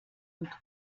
und